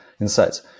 insights